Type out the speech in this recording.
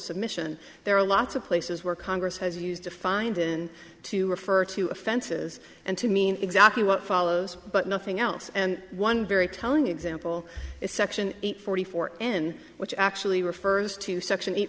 submission there are lots of places where congress has used to find and to refer to offenses and to mean exactly what follows but nothing else and one very telling example is section eight forty four in which actually refers to section eight